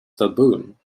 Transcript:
baboon